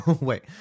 Wait